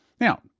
Now